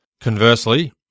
Conversely